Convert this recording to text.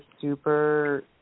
super